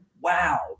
wow